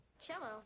Cello